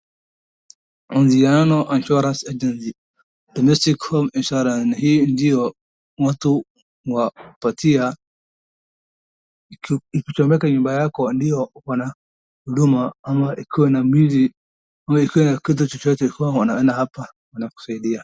Anziano Insurance Agency Domestic home insurance , hii ndo mtu wa kupatia ikichomeka nyumba yako ndio wanahuduma ama ikiwa na mili ama ikiwa na kitu chochote huwa wana hapa wanakusaidia.